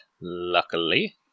luckily